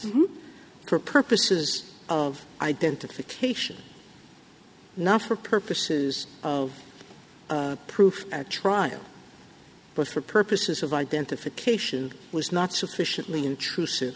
for purposes of identification not for purposes of proof at trial but for purposes of identification was not sufficiently intrusive